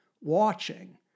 watching